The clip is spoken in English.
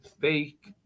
Fake